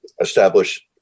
establish